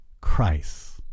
Christ